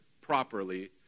properly